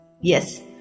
Yes